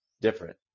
different